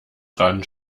dran